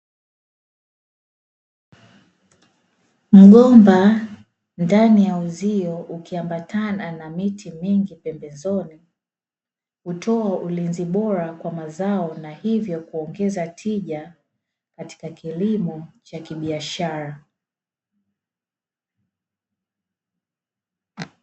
Mgomba ndani ya uzio ukiambatana na miti mingi pembezoni, hutoa ulinzi bora kwa mazao na hivyo kuongeza tija katika kilimo cha kibiashara.